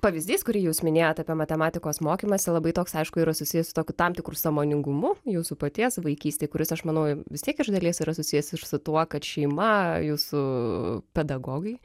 pavyzdys kurį jūs minėjot apie matematikos mokymąsi labai toks aišku yra susijęs su tokiu tam tikru sąmoningumu jūsų paties vaikystėj kuris aš manau jau vis tiek iš dalies yra susijęs ir su tuo kad šeima jūsų pedagogai